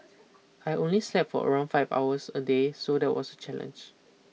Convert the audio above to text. I only slept for around five hours a day so that was a challenge